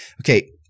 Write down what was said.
Okay